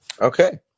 Okay